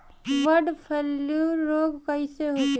Bird flu रोग कईसे होखे?